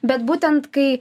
bet būtent kai